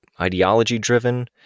Ideology-driven